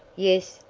yes,